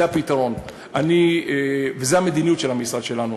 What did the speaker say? זה הפתרון, וזו המדיניות של המשרד שלנו.